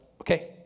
okay